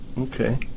Okay